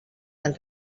del